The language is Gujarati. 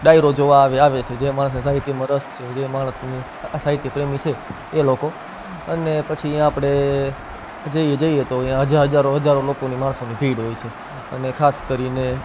ડાયરો જોવા આવે આવે છે જે માણસને સાહિત્યમાં રસ છે જે માણસ સાહિત્ય પ્રેમી છે એ લોકો અને પછી આપણે જઈએ તો ત્યાં હજારો લોકોની માણસોની ભીડ હોય છે અને ખાસ કરીને